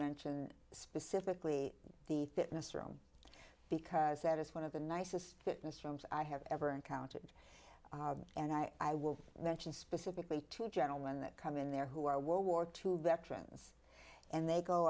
mention specifically the fitness room because that is one of the nicest fitness rooms i have ever encountered and i will mention specifically to a gentleman that come in there who are world war two veterans and they go